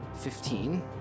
Fifteen